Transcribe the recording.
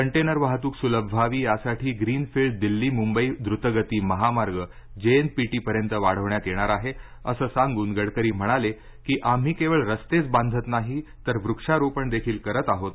container वाहतूक सुलभ व्हावी यासाठी ग्रीनफील्ड दिल्ली मुंबई द्रतगती महामार्ग जेएनपीटी पर्यंत वाढवण्यात येणार आहे असं सांगून गडकरी म्हणाले की आम्ही केवळ रस्तेच बांधत नाही तर वृक्षारोपण देखील करत आहोत